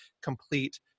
complete